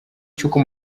cy’uko